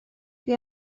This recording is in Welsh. dwi